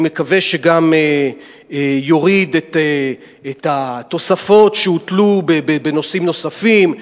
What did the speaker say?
אני מקווה שהוא גם יוריד את התוספות שהוטלו בנושאים נוספים,